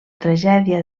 tragèdia